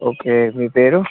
okay మీ పేరు